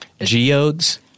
geodes